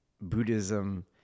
Buddhism